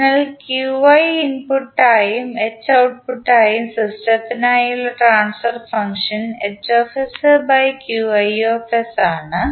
അതിനാൽ ഇൻപുട്ടായും h ഔട്ട്പുട്ടായും സിസ്റ്റത്തിനായുള്ള ട്രാൻസ്ഫർ ഫങ്ക്ഷൻ ആണ്